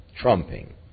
trumping